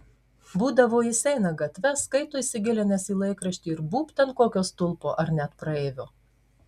būdavo jis eina gatve skaito įsigilinęs į laikraštį ir būbt ant kokio stulpo ar net praeivio